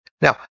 Now